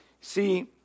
See